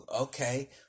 Okay